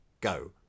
go